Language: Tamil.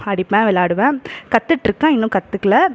அடிப்பேன் வெளாடுவேன் கற்றுட்டுருக்கேன் இன்னும் கற்றுக்கல